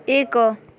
ଏକ